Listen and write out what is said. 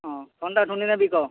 ହଁ ଥଣ୍ଡା ଥୁଣ୍ଡି ନାଇଁ ବିକ